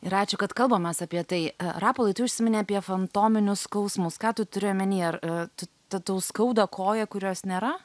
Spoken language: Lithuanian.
ir ačiū kad kalbamės apie tai rapolai tu užsiminei apie fantominius skausmus ką tu turi omeny ar tu tą tau skauda koją kurios nėra